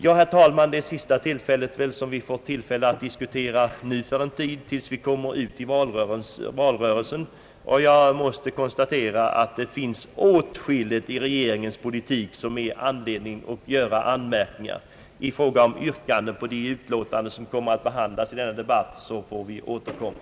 Ja, herr talman, detta är väl sista tillfället vi har att diskutera före den egentliga valrörelsen, och jag måste konstatera att det finns anledning till anmärkningar mot åtskilligt i regeringens politik. När det gäller yrkanden i anknytning till de utlåtanden som ligger till grund för denna debatt får vi återkomma.